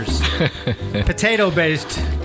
Potato-based